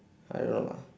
I don't know lah